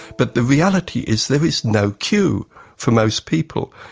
but the reality is there is no queue for most people.